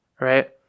right